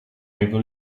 jego